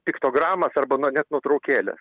piktogramas arba na net nuotraukėle